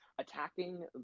attacking